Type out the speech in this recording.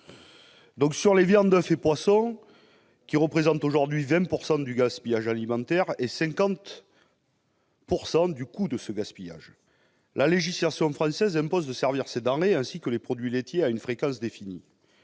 Alors que les viandes et les poissons représentent aujourd'hui 20 % du gaspillage alimentaire et 50 % du coût de ce dernier, la législation française impose de servir ces denrées, ainsi que les produits laitiers, à une fréquence définie.